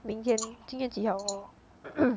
明天今天几号哦